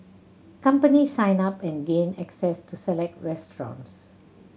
companies sign up and gain access to select restaurants